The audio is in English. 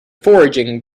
foraging